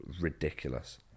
ridiculous